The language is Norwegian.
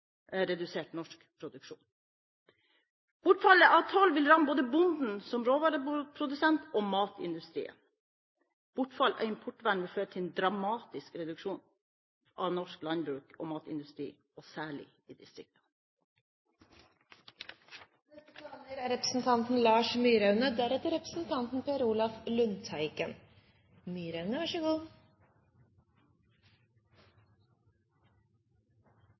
bortfall av toll vil føre til en dramatisk importøkning og tilsvarende redusert norsk produksjon. Bortfall av toll vil ramme både bonden som råvareprodusent og matindustrien. Bortfall av importvern vil føre til en dramatisk reduksjon i norsk landbruk og matindustri, særlig i